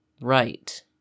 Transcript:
right